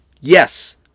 Yes